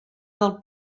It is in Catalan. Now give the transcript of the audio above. del